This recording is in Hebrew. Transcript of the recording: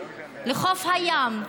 לחוף הים,